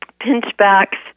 Pinchback's